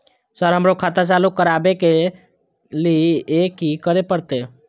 Sir हमरो खाता चालू करबाबे के ली ये की करें परते?